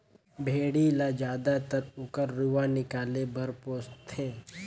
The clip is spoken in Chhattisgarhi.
भेड़ी ल जायदतर ओकर रूआ निकाले बर पोस थें